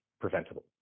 preventable